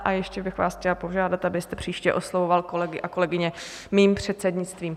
A ještě bych vás chtěla požádat, abyste příště oslovoval kolegy a kolegyně mým předsednictvím.